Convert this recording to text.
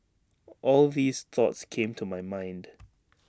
all these thoughts came to my mind